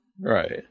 right